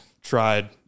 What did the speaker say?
tried